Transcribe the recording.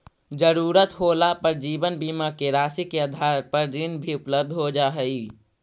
ज़रूरत होला पर जीवन बीमा के राशि के आधार पर ऋण भी उपलब्ध हो जा हई